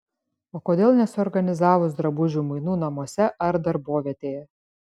o kodėl nesuorganizavus drabužių mainų namuose ar darbovietėje